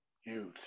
Huge